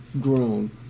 grown